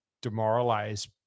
demoralize